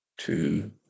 Two